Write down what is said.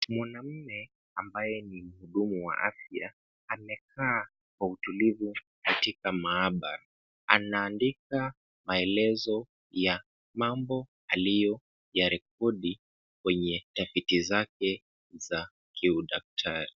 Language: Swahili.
Mwanaume ambaye ni mhudumu wa afya, amekaa kwa utulivu katika maabara, anaandika maelezo ya mambo aliyoyarekodi kwenye tafiti zake za kiudaktari.